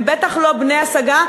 הם בטח לא בנות-השגה.